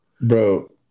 Bro